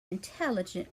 intelligent